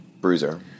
Bruiser